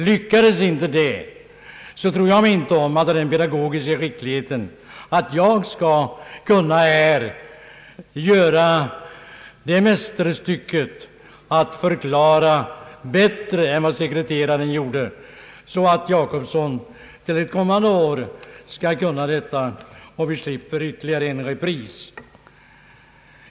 Lyckades inte det, tror jag mig inte om att ha den pedagogiska skickligheten att här kunna göra det mästerstycket att förklara bättre än vad sekreteraren gjorde, så att herr Jacobsson till ett kommande år skall ha lärt sig detta och vi slipper ytterligare en repris.